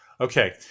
Okay